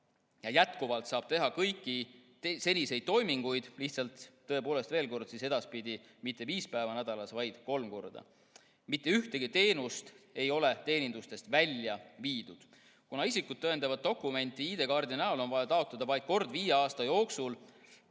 Jätkuvalt saab teha kõiki seniseid toiminguid, lihtsalt tõepoolest, veel kord, edaspidi mitte viiel päeval, vaid kolmel päeval nädalas. Mitte ühtegi teenust ei ole teenindusest välja viidud. Kuna isikut tõendavat dokumenti ID‑kaardi näol on vaja taotleda vaid kord viie aasta jooksul,